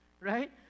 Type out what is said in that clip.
Right